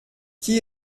qui